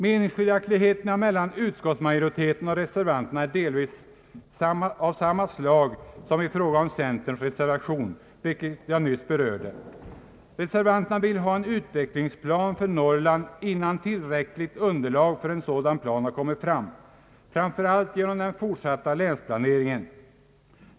Meningsskiljaktigheterna mellan utskottsmajoriteten och reservanterna är av delvis samma slag som i fråga om centerns reservation, vilken jag nyss berörde, Reservanterna vill ha en utvecklingsplan för Norrland innan tillräckligt underlag för en sådan plan har kommit fram, framför allt genom den fortsatta länsplaneringen.